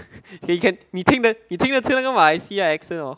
你 can 你听得你听得懂那个马来西亚 accent hor